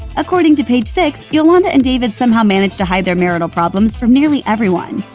according to page six, yolanda and david somehow managed to hide their marital problems from nearly everyone.